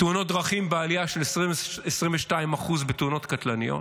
תאונות דרכים בעלייה של 22% בתאונות קטלניות.